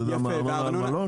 אתה יודע מה הארנונה במלון?